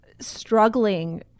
struggling